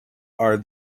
are